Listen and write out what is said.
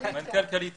קעליטה,